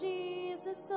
Jesus